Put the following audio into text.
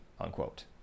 unquote